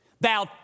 Thou